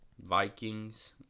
Vikings